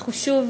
אנחנו שוב,